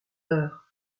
heure